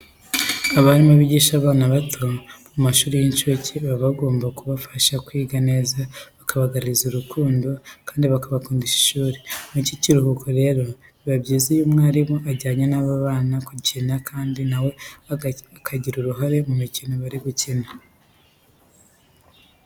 Abarimu bigisha abana bato bo mu mashuri y'incuke, baba bagomba kubafasha kwiga neza bakabagaragariza urukundo kandi bakabakundisha ishuri. Mu gihe cy'ikiruhuko rero, biba byiza iyo umwarimu ajyanye n'abo bana gukina kandi na we akagira uruhare mu mikino bari gukina.